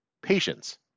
Patience